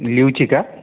लिवची का